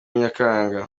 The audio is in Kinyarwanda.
nyakanga